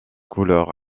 couleur